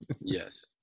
yes